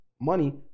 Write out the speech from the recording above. money